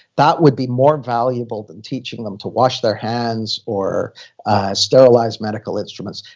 that would be more valuable than teaching them to wash their hands or sterilize medical instruments.